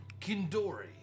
kindori